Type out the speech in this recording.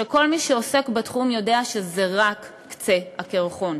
שכל מי שעוסק בתחום יודע שזה רק קצה הקרחון.